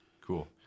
cool